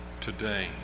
today